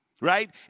right